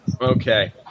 Okay